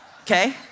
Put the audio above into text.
okay